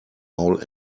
maul